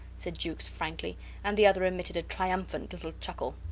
said jukes, frankly and the other emitted a triumphant little chuckle.